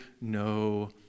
no